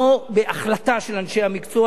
לא בהחלטה של אנשי המקצוע,